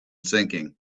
sinking